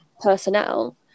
personnel